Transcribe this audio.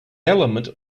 element